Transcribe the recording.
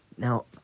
Now